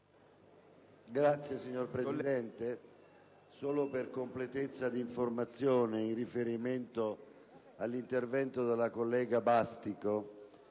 *(PdL)*. Signor Presidente, solo per completezza di informazione, in riferimento all'intervento della senatrice Bastico,